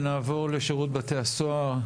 נעבור לשירות בתי הסוהר,